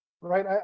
right